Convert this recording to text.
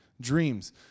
Dreams